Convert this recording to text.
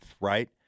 right